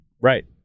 Right